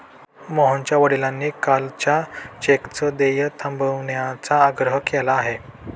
मोहनच्या वडिलांनी कालच्या चेकचं देय थांबवण्याचा आग्रह केला आहे